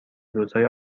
روزهای